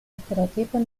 estereotipos